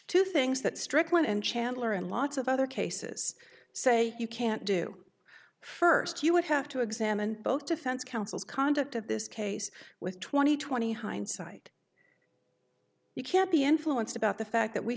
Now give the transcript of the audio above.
two things that strickland and chandler and lots of other cases say you can't do first you would have to examine both defense counsel's conduct of this case with twenty twenty hindsight you can't be influenced about the fact that we